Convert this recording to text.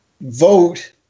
vote